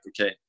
okay